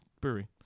Brewery